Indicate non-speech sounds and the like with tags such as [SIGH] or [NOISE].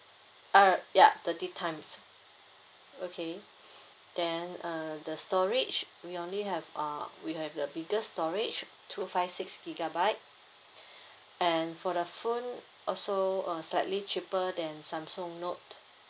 uh ya thirty times okay then uh the storage we only have uh we have the bigger storage two five six gigabyte [BREATH] and for the phone also uh slightly cheaper than samsung note